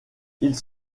ils